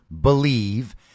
believe